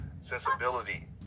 sensibility